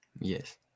Yes